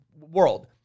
world